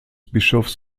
bischofs